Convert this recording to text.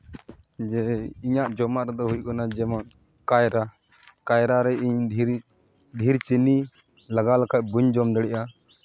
ᱡᱮ ᱤᱧᱟ ᱜ ᱡᱚᱢᱟᱜ ᱨᱮᱫᱚ ᱦᱩᱭᱩᱜ ᱠᱟᱱᱟ ᱡᱮᱢᱚᱱ ᱠᱟᱭᱨᱟ ᱠᱟᱭᱨᱟ ᱨᱮ ᱤᱧ ᱰᱷᱮᱨ ᱰᱷᱮᱨ ᱪᱤᱱᱤ ᱞᱟᱜᱟᱣ ᱞᱮᱠᱷᱟᱡ ᱵᱟᱹᱧ ᱡᱚᱢ ᱫᱟᱲᱮᱭᱟᱜᱼᱟ